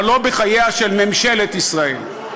אבל לא בחייה של ממשלת ישראל.